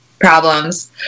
problems